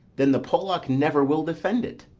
then the polack never will defend it.